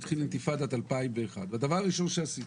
התחילה אינתיפאדת 2001 והדבר הראשון שעשיתי,